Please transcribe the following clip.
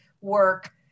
work